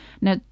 Now